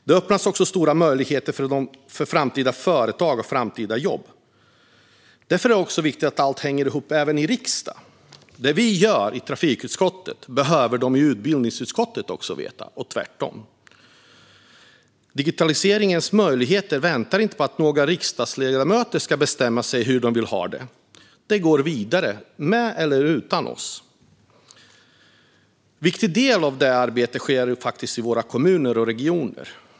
Det öppnas stora möjligheter för framtida företag och framtida jobb. Därför är det viktigt att allt hänger ihop även i riksdagen. Det vi gör i trafikutskottet behöver de som sitter i utbildningsutskottet också veta om och tvärtom. Digitaliseringens möjligheter väntar inte på att några riksdagsledamöter ska bestämma hur de vill ha det, utan det går vidare med eller utan oss. En viktig del av arbetet sker i våra kommuner och regioner.